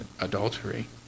adultery